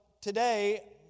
today